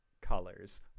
colors